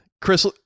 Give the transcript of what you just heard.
Chris